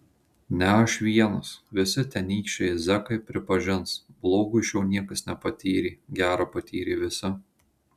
ne aš vienas visi tenykščiai zekai pripažins blogo iš jo niekas nepatyrė gera patyrė visi